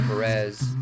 Perez